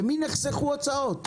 למי נחסכו הוצאות?